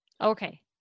Okay